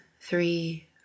three